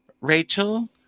Rachel